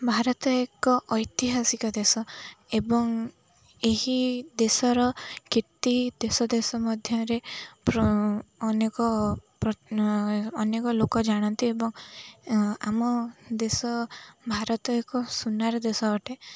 ଭାରତ ଏକ ଐତିହାସିକ ଦେଶ ଏବଂ ଏହି ଦେଶର କୀର୍ତ୍ତି ଦେଶ ଦେଶ ମଧ୍ୟରେ ଅନେକ ଅନେକ ଲୋକ ଜାଣନ୍ତି ଏବଂ ଆମ ଦେଶ ଭାରତ ଏକ ସୁନାର ଦେଶ ଅଟେ